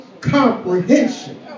comprehension